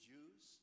Jews